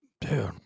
dude